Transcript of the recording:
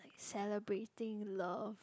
celebrating love